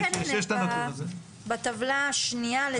כן, כן הנה בטבלה השניה לדעתי.